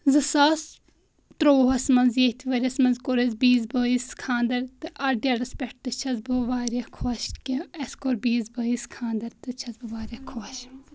زٕ ساس ترٛووُہَس منٛز ییٚتھ ؤریَس منٛز کوٚر اَسہِ بیٚیِس بٲیِس خاندَر تہٕ اَتھ ڈیٹَس پٮ۪ٹھ تہِ چھس بہٕ واریاہ خۄش کہ اَسہِ کوٚر بیٚیِس بٲیِس خاندَر تہٕ چھس بہٕ واریاہ خۄش